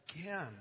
again